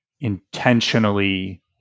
intentionally